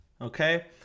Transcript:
Okay